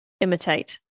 imitate